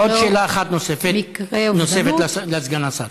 עוד שאלה אחת נוספת לסגן השר.